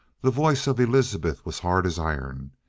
the voice of elizabeth was hard as iron.